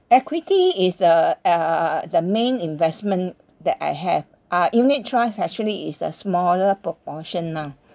equity is the uh the main investment that I have uh unit trust actually is a smaller proportion lah